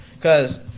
Cause